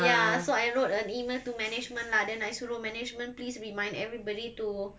ya so I wrote an email to management lah then I suruh management please remind everybody to